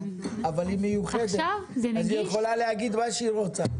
אבל היא מיוחדת אז היא יכולה להגיד מה שהיא רוצה.